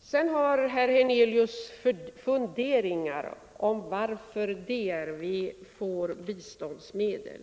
Sedan har herr Hernelius funderingar över varför DRV får biståndsmedel.